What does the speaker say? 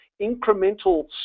incremental